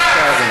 בבקשה,